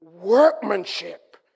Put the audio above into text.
workmanship